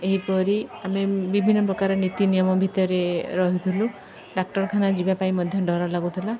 ଏହିପରି ଆମେ ବିଭିନ୍ନ ପ୍ରକାର ନୀତି ନିିୟମ ଭିତରେ ରହୁଥିଲୁ ଡାକ୍ତରଖାନା ଯିବା ପାଇଁ ମଧ୍ୟ ଡର ଲାଗୁଥିଲା